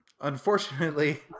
Unfortunately